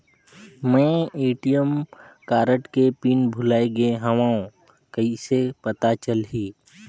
मैं ATM card के PIN भुलाए गे हववं कइसे पता चलही?